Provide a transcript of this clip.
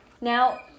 now